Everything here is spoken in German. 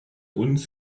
uns